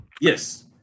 Yes